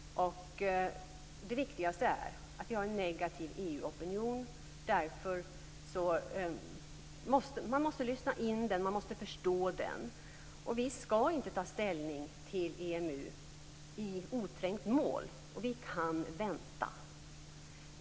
Det viktigaste är att vi har en negativ EU-opinion, och man måste lyssna till den och förstå den. Vi skall inte ta ställning till EMU i oträngt mål. Vi kan vänta.